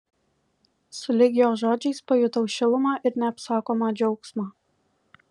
sulig jo žodžiais pajutau šilumą ir neapsakomą džiaugsmą